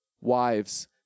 Wives